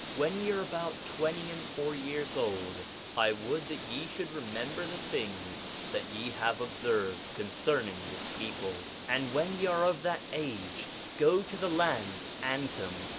when ye are about twenty and four years old i would that ye should remember the things that ye have observed concerning this people and when ye are of that age go to the land antum,